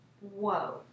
Whoa